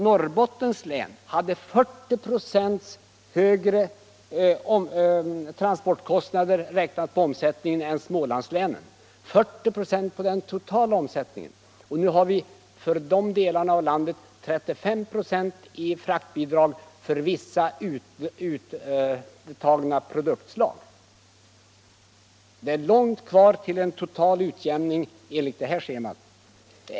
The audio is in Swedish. Norrbottens län hade alltså 40 96 högre transportkostnader, räknat på den totala omsättningen, än Smålandslänen. Nu har vi för dessa nordliga delar av landet 35 96 fraktbidrag för vissa uttagna produktslag. Det är långt kvar till en total utjämning enligt det här schemat.